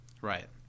Right